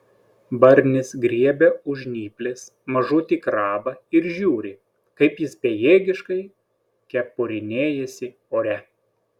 barnis griebia už žnyplės mažutį krabą ir žiūri kaip jis bejėgiškai kepurnėjasi ore